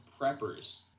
preppers